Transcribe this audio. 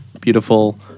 beautiful